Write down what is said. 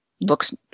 looks